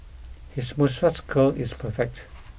his moustache curl is perfect